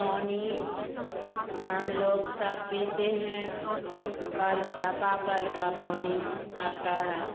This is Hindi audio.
पानी हम लोग सब पीते हैं कल छापा कल का पानी आता है